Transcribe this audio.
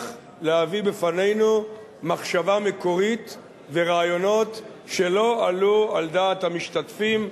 להביא בפנינו מחשבה מקורית ורעיונות שלא עלו על דעת המשתתפים,